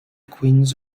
queens